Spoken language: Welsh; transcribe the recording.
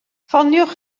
ffoniwch